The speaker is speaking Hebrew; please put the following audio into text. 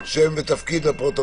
אני רוצה לברך את חבר הכנסת מלכיאלי.